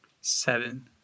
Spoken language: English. Seven